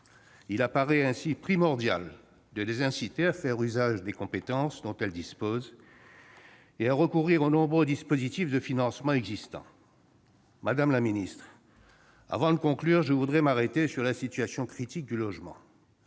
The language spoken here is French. Il apparaît ainsi primordial de les inciter à faire usage des compétences dont elles disposent et à recourir aux nombreux instruments de financement existants. Avant de conclure, madame la ministre, je voudrais m'arrêter sur la situation critique du logement.